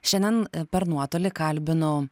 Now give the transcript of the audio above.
šiandien per nuotolį kalbinu